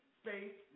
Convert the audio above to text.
space